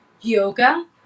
yoga